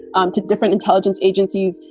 um to different intelligence agencies,